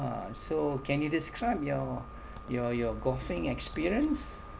uh so can you describe your your your golfing experience